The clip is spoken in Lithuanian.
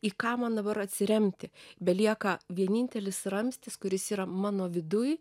į ką man dabar atsiremti belieka vienintelis ramstis kuris yra mano viduj